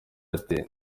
airtel